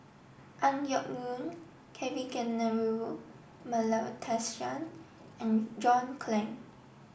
Ang Yoke Mooi Kavignareru Amallathasan and John Clang